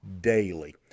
daily